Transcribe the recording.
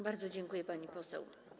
Bardzo dziękuję, pani poseł.